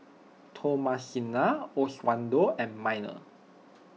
Thomasina Oswaldo and Minor